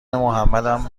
محمدم